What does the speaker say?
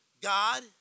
God